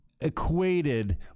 equated